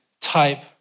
type